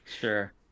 Sure